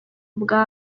ubwabo